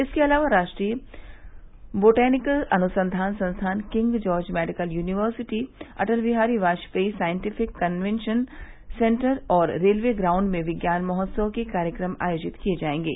इसके अलावा राष्ट्रीय बोटैनिकल अनुसंघान संस्थान King George Medical University Atal Bihari Vajpayee Scientific Convention Centre और रेलवे ग्राउंड में विज्ञान महोत्सव के कार्यक्रम आयोजित किये जायेंगे